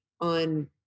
on